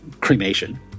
cremation